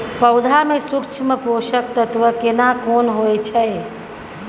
पौधा में सूक्ष्म पोषक तत्व केना कोन होय छै?